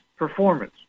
Performance